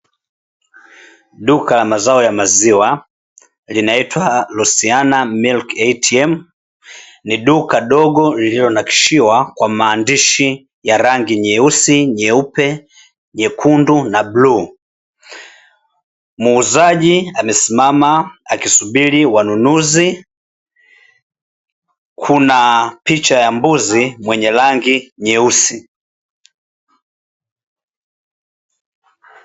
Duka la mazao ya maziwa linaitwa "LOSIANA MILK ATM" ni duka dogo lililonakishiwa kwa maandishi ya rangi nyeusi, nyeupe, nyekundu na bluu, muuzaji amesimama akisubiri wanunuzi, kuna picha ya mbuzi mwenye rangi nyeusi.